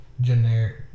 generic